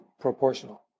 proportional